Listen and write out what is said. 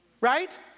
Right